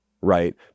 right